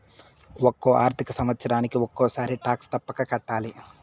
ఒక్కో ఆర్థిక సంవత్సరానికి ఒక్కసారి టాక్స్ తప్పక కట్టాలి